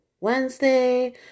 Wednesday